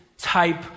type